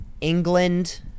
England